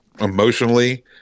emotionally